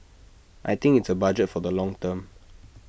I think it's A budget for the long term